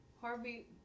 Harvey